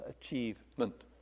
achievement